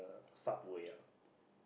uh subway ah